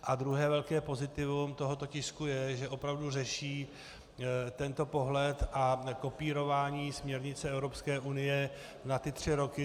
A druhé velké pozitivum tohoto tisku je, že opravdu řeší tento pohled a kopírování směrnice Evropské unie na ty tři roky.